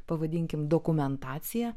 pavadinkim dokumentacija